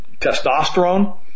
testosterone